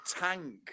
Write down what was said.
tank